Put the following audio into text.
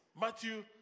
Matthew